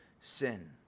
sin